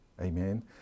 Amen